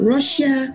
Russia